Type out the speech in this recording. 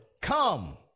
Come